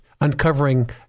uncovering